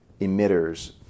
emitters